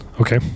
Okay